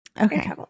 okay